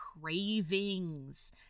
cravings